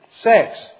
Sex